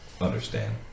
understand